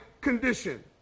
condition